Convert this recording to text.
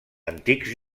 antics